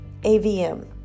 AVM